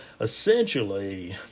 essentially